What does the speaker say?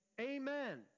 Amen